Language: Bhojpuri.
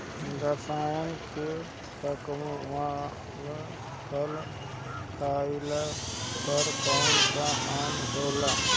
रसायन से पकावल फल खइला पर कौन हानि होखेला?